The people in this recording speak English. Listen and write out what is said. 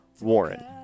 Warren